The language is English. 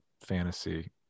fantasy